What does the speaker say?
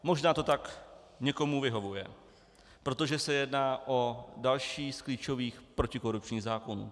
Možná to tak někomu vyhovuje, protože se jedná o další z klíčových protikorupčních zákonů.